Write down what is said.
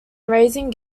raising